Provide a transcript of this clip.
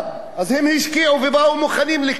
אז הם השקיעו ובאו מוכנים לכאן.